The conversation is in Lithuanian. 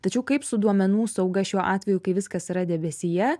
tačiau kaip su duomenų sauga šiuo atveju kai viskas yra debesyje